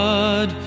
God